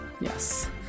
Yes